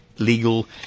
legal